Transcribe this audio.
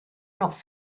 noch